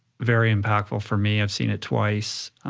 very impactful for me. i've seen it twice.